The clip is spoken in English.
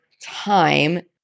time